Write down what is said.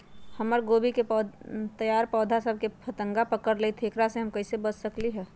हमर गोभी के तैयार पौधा सब में फतंगा पकड़ लेई थई एकरा से हम कईसे बच सकली है?